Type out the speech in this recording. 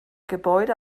gebäude